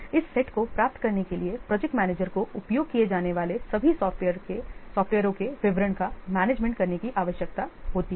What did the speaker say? इस सेट को प्राप्त करने के लिए प्रोजेक्ट मैनेजर को उपयोग किए जाने वाले सभी सॉफ्टवेयरों के विवरण का मैनेजमेंट करने की आवश्यकता होती है